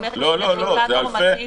היא מחיקה נורמטיבית.